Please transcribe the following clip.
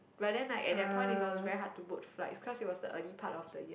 ya then like at that point it was very hard to book flights cause it was the early part of the year